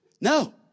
No